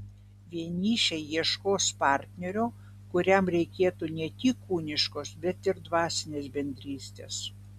vienišiai ieškos partnerio kuriam reikėtų ne tik kūniškos bet ir dvasinės bendrystės